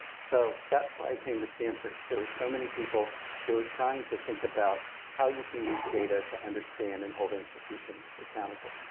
so, that's why i came to stanford. there are so many people who are trying to think about how you can use data to understand and hold institutions accountable.